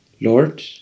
Lord